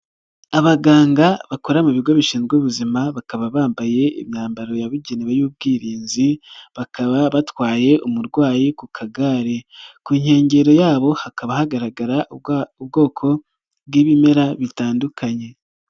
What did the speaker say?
Abaganga bakora mu bigo bishinzwe ubuzima bakaba bambaye imyambaro yabugenewe y'ubwirinzi bakaba batwaye umurwayi ku kagare, ku nkengero yabo hakaba hagaragara ubwoko bw'ibimera bitandukanye.